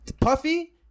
Puffy